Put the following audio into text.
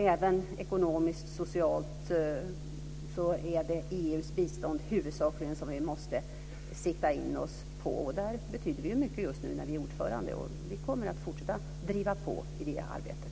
Även ekonomiskt och socialt är det i huvudsak EU:s bistånd som vi måste sikta in oss på. Där betyder Sverige mycket just nu när vi är ordförande. Vi kommer att fortsätta att driva på i det arbetet.